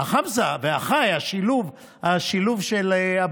החמסה והח"י, השילוב ביחד?